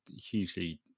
hugely